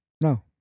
No